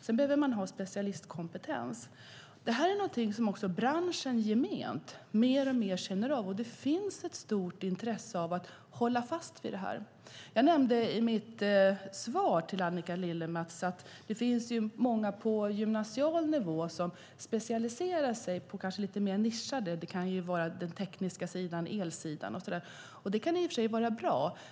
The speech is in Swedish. Sedan behövs specialistkompetens. Det här är något som branschen generellt mer och mer känner av. Det finns ett stort intresse av att hålla fast vid detta. Jag nämnde i mitt svar till Annika Lillemets att det finns många på gymnasial nivå som specialiserar sig på mer nischade områden. Det kan vara teknik och el. Det kan i och för sig vara bra.